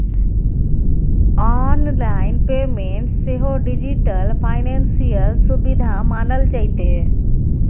online payment सेहो digital financial सुविधा मानल जेतै